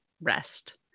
rest